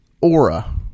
aura